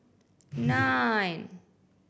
nine